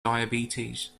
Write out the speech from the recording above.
diabetes